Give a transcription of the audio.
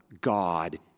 God